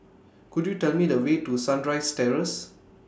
Could YOU Tell Me The Way to Sunrise Terrace